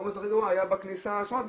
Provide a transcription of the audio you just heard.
העומס הכי גרוע היה בכניסה עצמה,